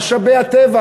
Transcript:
משאבי הטבע,